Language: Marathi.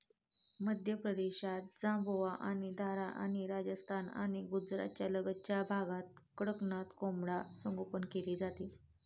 मध्य प्रदेशातील झाबुआ आणि धार आणि राजस्थान आणि गुजरातच्या लगतच्या भागात कडकनाथ कोंबडा संगोपन केले जाते